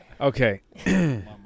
okay